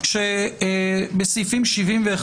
בסעיפים 71,